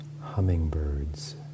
hummingbirds